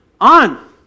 on